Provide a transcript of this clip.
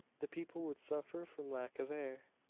the people would suffer from lack of air.